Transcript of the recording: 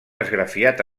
esgrafiat